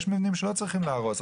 יש מבנים שלא צריך להרוס.